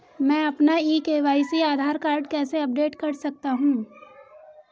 मैं अपना e KYC Aadhaar card कैसे अपडेट कर सकता हूँ?